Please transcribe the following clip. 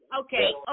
Okay